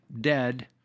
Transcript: dead